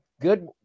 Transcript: good